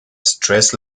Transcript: stress